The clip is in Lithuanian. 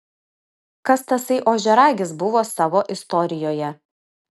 kas tasai ožiaragis buvo savo istorijoje